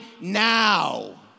now